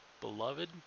beloved